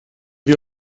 wir